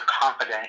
confident